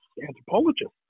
anthropologist